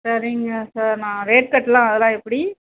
சரிங்க சார் நான் ரேட் கட்டலாம் அதலாம் எப்படி